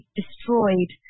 destroyed